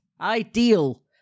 Ideal